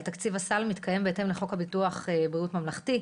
תקציב הסל מתקיימים בהתאם לחוק ביטוח בריאות ממלכתי,